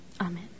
Amen